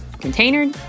Container